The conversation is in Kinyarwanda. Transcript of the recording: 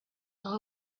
aho